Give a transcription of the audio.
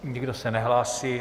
Nikdo se nehlásí.